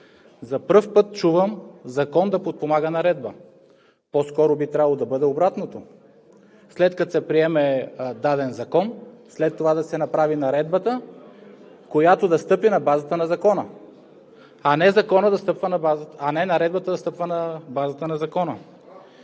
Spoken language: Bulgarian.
За първи път чувам закон да подпомага наредба! По-скоро би трябвало да бъде обратното – след като се приеме даден закон, след това да се направи наредбата, която да стъпи на базата на закона, а не законът на базата на